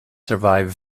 survive